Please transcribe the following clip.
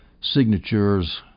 signatures